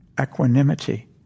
equanimity